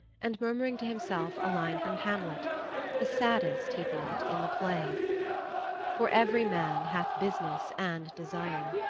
and murmuring to himself a line from hamlet the saddest, he thought, in the play for every man hath business and desire.